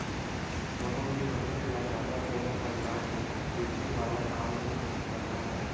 कोनो भी मनसे ल जादा कोनो परकार के जोखिम वाला काम नइ करना चाही